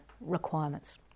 requirements